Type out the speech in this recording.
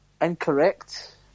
Incorrect